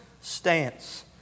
stance